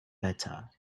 better